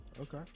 Okay